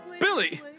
Billy